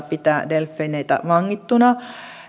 pitää delfiineitä vangittuna